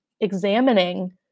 examining